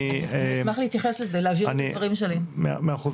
אני חושב